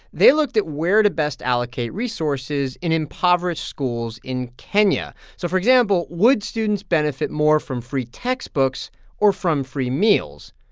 they looked at where to best allocate resources in impoverished schools in kenya. so for example, would students benefit more from free textbooks or from free meals?